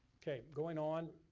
going on,